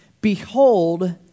Behold